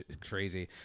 crazy